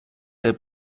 der